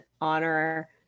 honor